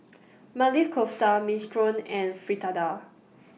Maili Kofta Minestrone and Fritada